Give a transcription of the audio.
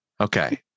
Okay